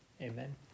Amen